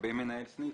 לגבי מנהל סניף,